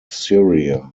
syria